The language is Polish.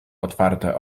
otwarte